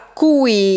cui